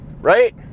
Right